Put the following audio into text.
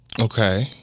Okay